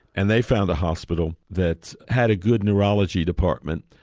and they found a hospital that had a good neurology department,